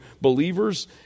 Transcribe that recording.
believers